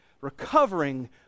recovering